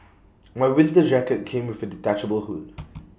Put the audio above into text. my winter jacket came with A detachable hood